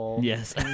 Yes